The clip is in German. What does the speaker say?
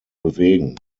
bewegen